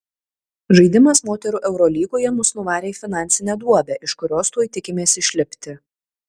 žaidimas moterų eurolygoje mus nuvarė į finansinę duobę iš kurios tuoj tikimės išlipti